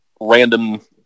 random